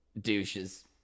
Douches